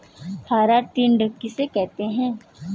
हरा टिड्डा किसे कहते हैं?